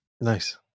Nice